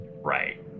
Right